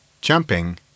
jumping